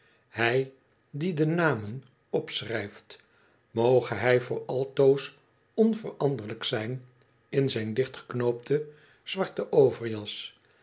hij die de namen opschrijft moge hij voor altoos onveranderlijk zijn in zijn dichtgeknoopte zwarte overjas